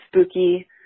spooky